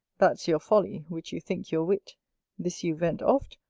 that's your folly, which you think your wit this, you vent oft,